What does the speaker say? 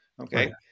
Okay